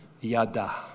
yada